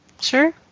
Sure